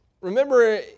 Remember